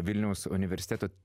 vilniaus universiteto